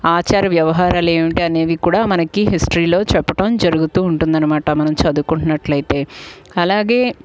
ఆచార వ్యవహారాలు ఏమిటి అనేవి కూడా మనకు హిస్టరీలో చెప్పటం జరుగుతు ఉంటుంది అన్నమాట మనం చదువుకున్నట్టయితే అలాగే